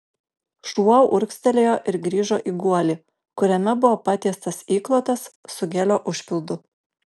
šuo urgztelėjo ir grįžo į guolį kuriame buvo patiestas įklotas su gelio užpildu